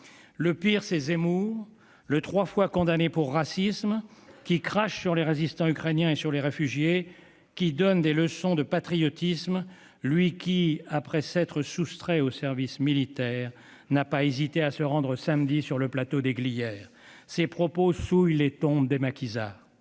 Le pire, c'est Zemmour, le trois fois condamné pour racisme, qui crache sur les résistants ukrainiens et sur les réfugiés, et qui donne des leçons de patriotisme, lui qui, après s'être soustrait au service militaire, n'a pas hésité à se rendre samedi sur le plateau des Glières. Ses propos souillent les tombes des maquisards.